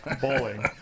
bowling